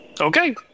Okay